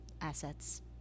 Assets